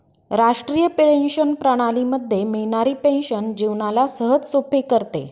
राष्ट्रीय पेंशन प्रणाली मध्ये मिळणारी पेन्शन जीवनाला सहजसोपे करते